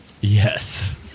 Yes